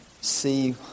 see